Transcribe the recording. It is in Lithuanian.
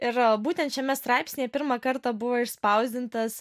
ir būtent šiame straipsnyje pirmą kartą buvo išspausdintas